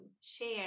share